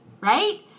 right